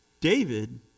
David